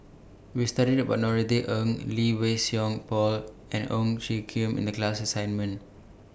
We studied about Norothy Ng Lee Wei Song Paul and Ong Tjoe Kim in The class assignment